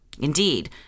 Indeed